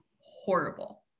horrible